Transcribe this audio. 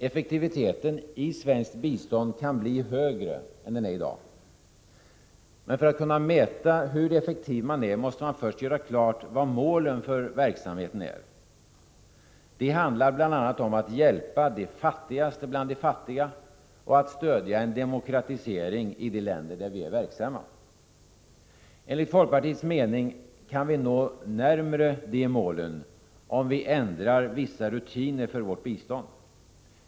Effektiviteten i svenskt bistånd kan bli högre än den är i dag. Men för att kunna mäta hur effektiv man är måste man först göra klart vad målen för verksamheten är. De handlar bl.a. om att hjälpa de fattigaste bland de fattiga och att stödja en demokratisering i de länder där vi är verksamma. Enligt folkpartiets mening kan vi nå närmare de målen, om vi ändrar vissa rutiner för vårt bistånd.